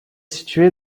située